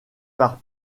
par